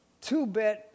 two-bit